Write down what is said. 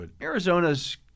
Arizona's